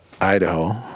Idaho